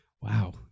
Wow